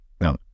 no